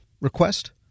request